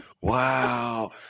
Wow